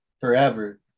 forever